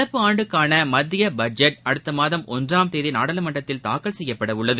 நடப்பாண்டுக்கான மத்திய பட்ஜெட் அடுத்த மாதம் ஒன்றாம் தேதி நாடாளுமன்றத்தில் தாக்கல் செய்யப்பட உள்ளது